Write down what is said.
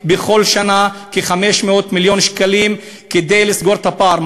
בכל שנה כ-500 מיליון שקלים כדי לסגור את הפער.